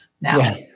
now